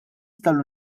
tal